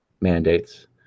mandates